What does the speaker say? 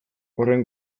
horren